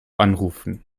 anrufen